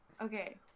Okay